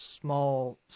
small